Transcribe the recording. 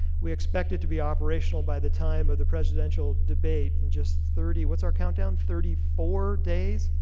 we expect it to be operational by the time of the presidential debate in just thirty, what's our countdown? thirtyfour days?